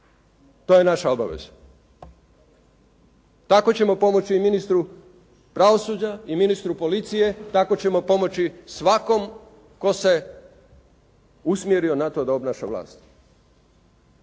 To je naša obaveza. Tako ćemo pomoći i ministru pravosuđa i ministru policije, tako ćemo pomoći svakom tko se usmjerio na to da obnaša vlast.